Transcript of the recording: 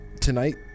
tonight